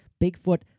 Bigfoot